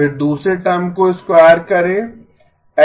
फिर दूसरे टर्म को स्क्वायर करें